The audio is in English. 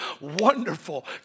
Wonderful